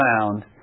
found